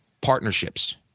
partnerships